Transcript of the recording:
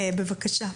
בבקשה.